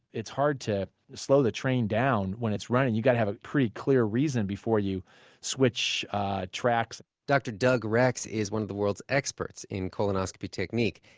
it's hard to slow the train down when it's runnin'. you gotta have a pretty clear reason before you switch tracks dr. doug rex is one of the world's experts in colonoscopy technique.